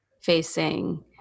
facing